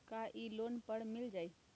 का इ लोन पर मिल जाइ?